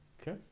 Okay